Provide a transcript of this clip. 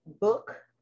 book